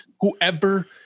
Whoever